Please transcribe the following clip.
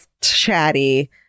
chatty